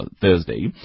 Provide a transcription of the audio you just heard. Thursday